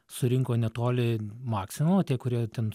surinko netoli maksimumo tie kurie ten